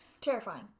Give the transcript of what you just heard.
Terrifying